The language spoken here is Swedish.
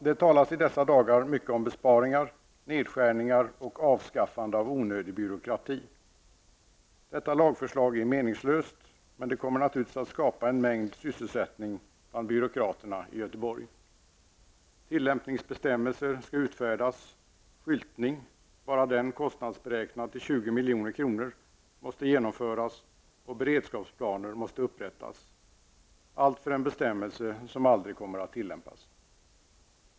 Det talas i dessa dagar mycket om besparingar, nedskärningar och avskaffande av onödig byråkrati. Detta lagförslag är meningslöst, men det kommer naturligtvis att skapa en mängd sysselsättning bland byråkraterna i Göteborg. Tillämpningsbestämmelser skall utfärdas, skyltning -- bara den kostnadsberäknad till 20 milj.kr. -- måste genomföras och beredskapsplaner måste upprättas. Allt för en bestämmelse som aldrig kommer att tillämpas.